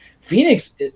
phoenix